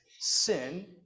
sin